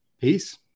peace